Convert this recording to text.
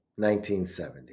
1970